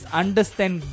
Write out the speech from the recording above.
understand